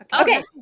Okay